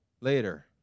later